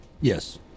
Yes